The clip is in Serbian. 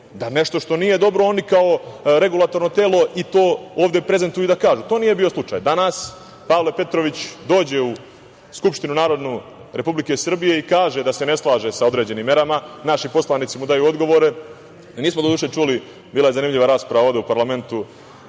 da nešto što nije dobro oni kao regulatorno telo i to ovde prezentuju i da kažu. To nije bio slučaj. Danas Pavle Petrović dođe u Narodnu skupštinu Republike Srbije i kaže da se ne slaže sa određenim merama, naši poslanici mu daju odgovore. Nismo, doduše, čuli, bila je zanimljiva rasprava ovde u parlamentu,